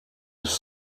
bis